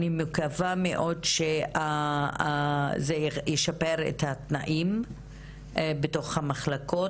אני מקווה מאוד שזה ישפר את התנאים בתוך המחלקות.